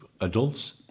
Adults